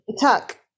Tuck